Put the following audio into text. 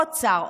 עוד שר,